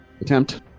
attempt